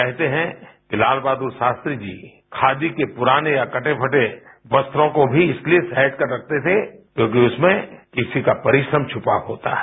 कहते हैं कि लाल बहादुर शास्त्री जी खादी के पुराने या कटे फटे वस्त्रों को भी इसलिए सहज कर रखते थे क्योंकि उसमें किसी का परिश्रम छुपा होता है